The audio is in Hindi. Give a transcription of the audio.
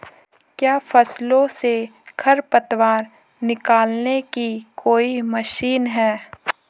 क्या फसलों से खरपतवार निकालने की कोई मशीन है?